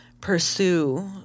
pursue